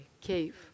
cave